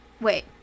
wait